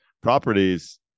properties